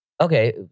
Okay